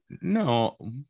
No